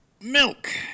Milk